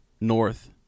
north